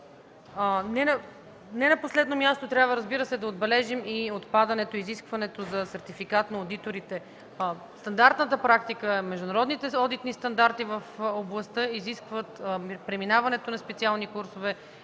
Не на последно място, разбира се, трябва да отбележим и отпадането на изискването за сертификат на одиторите. Стандартната практика, международните одитни стандарти в областта изискват преминаването на специални курсове,